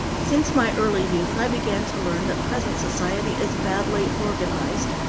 since my early youth i began to learn that present society is badly organized,